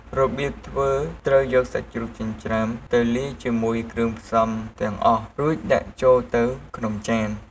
របៀបធ្វើ ត្រូវយកសាច់ជ្រូកចិញ្ច្រាំទៅលាយជាមួយគ្រឿងផ្សំទាំងអស់ រួចដាក់ចូលទៅក្នុងចាន។